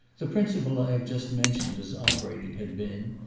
the principle i have just mentioned as operating had been,